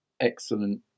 excellent